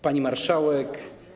Pani Marszałek!